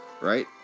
Right